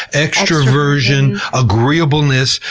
extroversion, agreeableness,